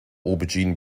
aubergine